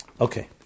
Okay